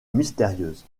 mystérieuse